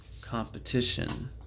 competition